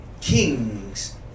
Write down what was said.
kings